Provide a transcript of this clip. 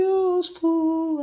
useful